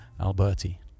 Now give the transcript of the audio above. Alberti